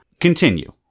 continue